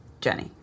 Jenny